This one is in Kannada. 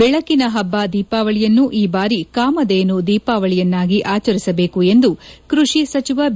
ಬೆಳಕಿನ ಹಬ್ಬ ದೀಪಾವಳಿಯನ್ನು ಈ ಬಾರಿ ಕಾಮಧೇನು ದೀಪಾವಳಿಯನ್ನಾಗಿ ಆಚರಿಸಬೇಕು ಎಂದು ಕೃಷಿ ಸಚಿವ ಬಿ